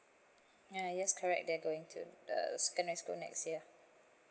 ya yes correct they're going to the secondary school next year